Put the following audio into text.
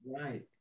Right